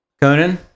Conan